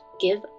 give